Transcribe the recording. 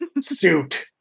suit